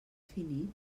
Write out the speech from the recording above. finit